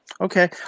Okay